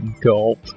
gulp